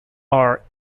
are